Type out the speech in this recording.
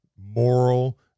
moral